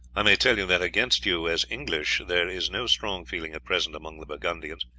i may tell you that, against you as english there is no strong feeling at present among the burgundians,